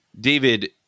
David